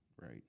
right